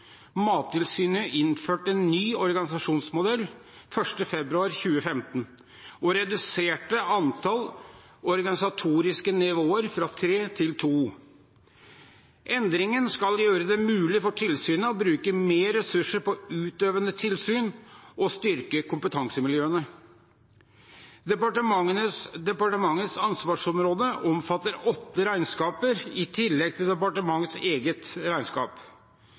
Mattilsynet innførte en ny organisasjonsmodell 1. februar 2015 og reduserte antall organisatoriske nivåer fra tre til to. Endringen skal gjøre det mulig for tilsynet å bruke mer ressurser på utøvende tilsyn og styrke kompetansemiljøene. Departementets ansvarsområde omfatter åtte regnskaper i tillegg til departementets eget regnskap.